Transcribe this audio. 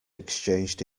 exchanged